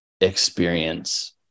experience